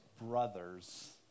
brothers